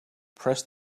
press